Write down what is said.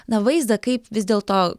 na vaizdą kaip vis dėlto